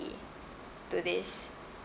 to this